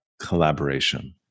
collaboration